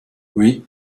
oui